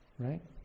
Right